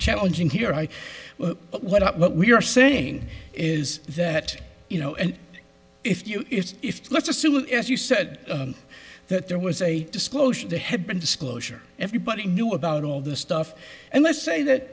challenging here but what what we are saying is that you know and if you if let's assume as you said that there was a disclosure to have been disclosure everybody knew about all the stuff and let's say that